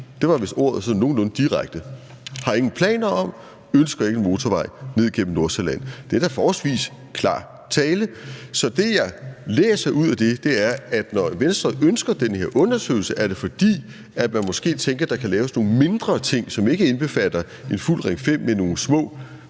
sådan nogenlunde direkte: Man har ingen planer om og ønsker ikke en motorvej ned gennem Nordsjælland. Det er da forholdsvis klar tale. Så det, jeg læser ud af det, er, at når Venstre ønsker den her undersøgelse, er det, fordi man måske tænker, at der kan laves nogle mindre ting, som ikke indbefatter en fuld Ring 5, men nogle små